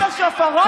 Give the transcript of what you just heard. אה, צבועים, צבועים.